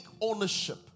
ownership